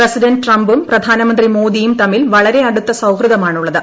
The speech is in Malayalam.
പ്രസിഡന്റ് ട്രംപും പ്രധാനമന്ത്രി മോദിയും തമ്മിൽ വളരെ അടുത്ത സൌഹൃദമാണുള്ളത്